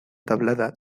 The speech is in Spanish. tablada